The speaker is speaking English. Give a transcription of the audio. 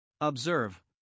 Observe